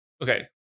okay